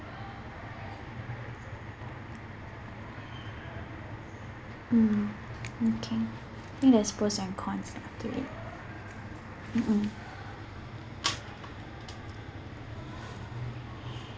mm okay think there's pros and cons lah to it mmhmm